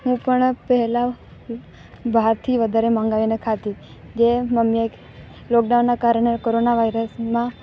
હું પણ પહેલા બારથી વધારે મંગાવીને ખાતી જે મમ્મીએ લોકડાઉનના કારણે કોરોના વાઈરસ